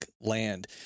land